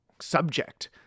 subject